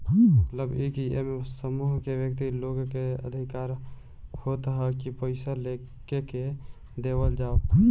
मतलब इ की एमे समूह के व्यक्ति लोग के अधिकार होत ह की पईसा केके देवल जाओ